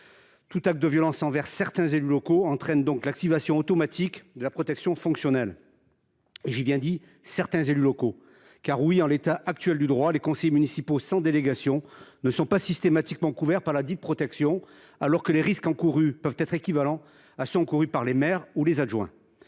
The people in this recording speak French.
Tout acte de violence envers certains élus locaux entraîne donc l’activation automatique de la protection fonctionnelle. J’ai bien dit « certains élus locaux »! En effet, en l’état actuel du droit, les conseillers municipaux sans délégation ne sont pas systématiquement couverts par ladite protection, alors que les risques encourus peuvent être équivalents à ceux qui sont encourus par les maires ou les adjoints.